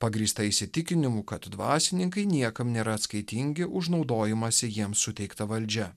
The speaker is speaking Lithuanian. pagrįsta įsitikinimu kad dvasininkai niekam nėra atskaitingi už naudojimąsi jiems suteikta valdžia